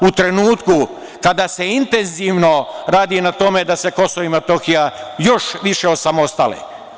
U trenutku kada se intenzivno radi na tome da se Kosovo i Metohija još više osamostale.